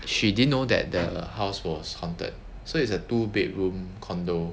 she didn't know that the house was haunted so it's a two bedroom condo